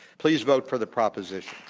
please vote for the proposition.